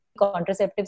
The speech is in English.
Contraceptives